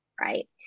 right